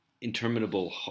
interminable